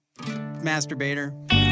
masturbator